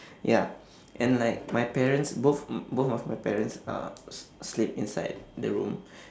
ya and like my parents both m~ both of my parents uh s~ sleep inside the room